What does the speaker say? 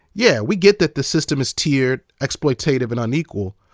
yeah, we get that the system is tiered, exploitative, and unequal,